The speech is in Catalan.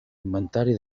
inventari